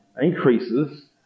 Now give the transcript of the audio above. increases